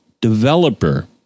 Developer